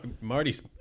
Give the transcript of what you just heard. Marty's